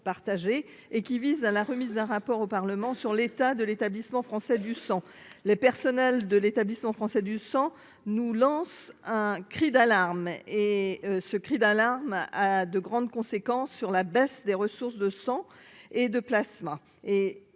partagée et qui vise à la remise d'un rapport au Parlement sur l'état de l'établissement français du sang, les personnels de l'établissement français du sang, nous lance un cri d'alarme et ce cri d'alarme à de grandes conséquences sur la baisse des ressources de sang et de plasma